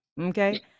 okay